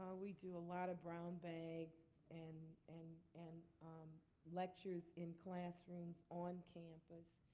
we do a lot of brown bags and and and um lectures in classrooms on campus.